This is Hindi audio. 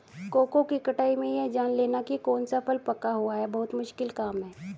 कोको की कटाई में यह जान लेना की कौन सा फल पका हुआ है बहुत मुश्किल काम है